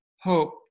hope